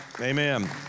amen